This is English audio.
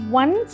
one